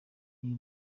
ibi